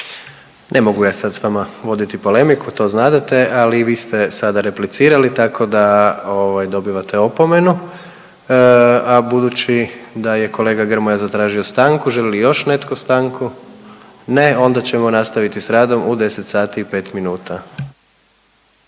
Ne mogu ja sad sa vama voditi polemiku, to znadete ali vi ste sada replicirali tako da dobivate opomenu. A budući da je kolega Grmoja zatražio stanku želi li još netko stanku? Ne. Onda ćemo nastaviti sa radom u 10 sati i 5 minuta.